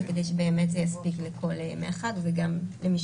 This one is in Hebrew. כדי שזה יספיק לכל ימי החג וגם למי